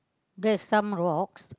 there's some rocks